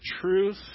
truth